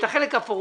את החלק הפורמלי,